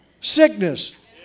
sickness